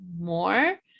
more